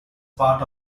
part